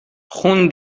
خون